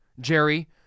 Jerry